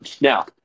Now